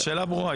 לא, השאלה ברורה.